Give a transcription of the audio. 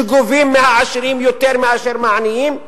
שגובים מהעשירים יותר מאשר מהעניים,